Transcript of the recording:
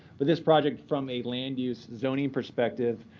but this project from a land use zoning perspective,